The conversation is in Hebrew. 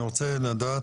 אני רוצה לדעת,